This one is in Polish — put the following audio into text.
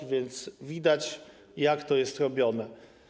A więc widać, jak to jest robione.